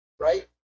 right